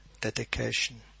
dedication